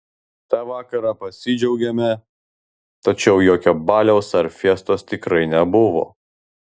tą vakarą pasidžiaugėme tačiau jokio baliaus ar fiestos tikrai nebuvo